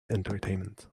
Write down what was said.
entertainment